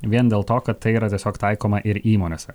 vien dėl to kad tai yra tiesiog taikoma ir įmonėse